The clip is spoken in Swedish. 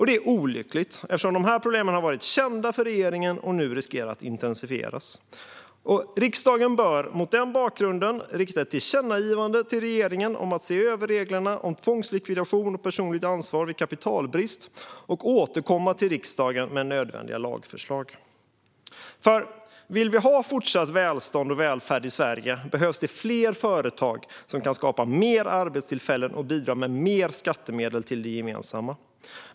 Det är olyckligt eftersom problemen har varit kända för regeringen och nu riskerar att intensifieras. Riksdagen bör mot den bakgrunden rikta ett tillkännagivande till regeringen om att se över reglerna om tvångslikvidation och personligt ansvar vid kapitalbrist och återkomma till riksdagen med nödvändiga lagförslag. Vill vi ha fortsatt välstånd och välfärd i Sverige behövs fler företag som kan skapa fler arbetstillfällen och bidra med mer skattemedel till det gemensamma.